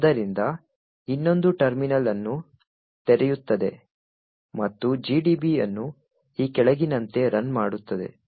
ಆದ್ದರಿಂದ ಇನ್ನೊಂದು ಟರ್ಮಿನಲ್ ಅನ್ನು ತೆರೆಯುತ್ತದೆ ಮತ್ತು GDB ಅನ್ನು ಈ ಕೆಳಗಿನಂತೆ ರನ್ ಮಾಡುತ್ತದೆ